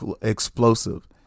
explosive